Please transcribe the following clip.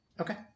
Okay